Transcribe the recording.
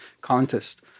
contest